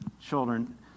children